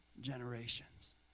generations